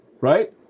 right